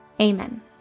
Amen